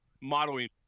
modeling